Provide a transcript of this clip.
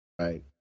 Right